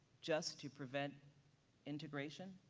just to prevent integration.